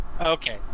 Okay